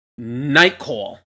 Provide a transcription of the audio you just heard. Nightcall